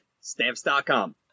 Stamps.com